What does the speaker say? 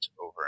over